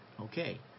Okay